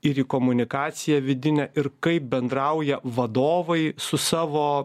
ir į komunikaciją vidinę ir kaip bendrauja vadovai su savo